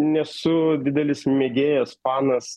nesu didelis mėgėjas fanas